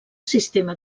sistema